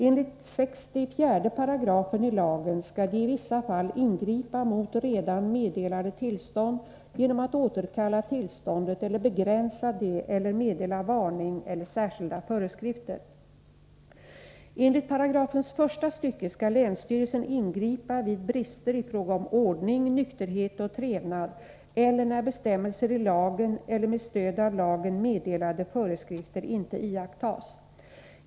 Enligt 64 §ilagen skall de i vissa fall ingripa mot redan meddelade tillstånd genom att återkalla tillståndet eller begränsa det eller meddela varning eller särskilda föreskrifter. Enligt paragrafens första stycke skall länsstyrelsen ingripa vid brister i fråga om ordning, nykterhet och trevnad eller när bestämmelser i lagen eller med stöd av lagen meddelade föreskrifter inte iakttas.